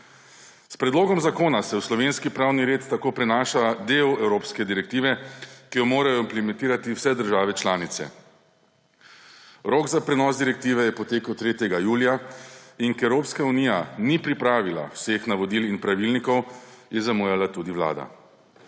S predlogom zakona se v slovenski pravni red tako prenaša del evropske direktive, ki jo morajo implementirati vse države članice. Rok za prenos direktive je potekel 3. julija in ker Evropska unija ni pripravila vseh navodil in pravilnikov, je zamujala tudi Vlada.